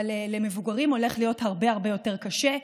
אבל למבוגרים הולך להיות הרבה הרבה יותר קשה.